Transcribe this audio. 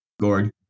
Gord